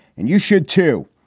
and you should, too.